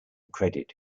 credit